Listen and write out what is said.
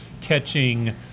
catching